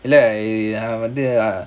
இல்ல நா வந்து:illa naa vanthu